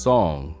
Song